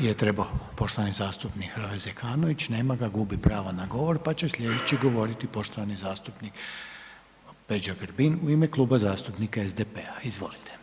je trebo poštovani zastupnik Hrvoje Zekanović, nema ga, gubi pravo na govor, pa će slijedeći govoriti poštovani zastupnik Peđa Grbin u ime Kluba zastupnika SDP-a, izvolite.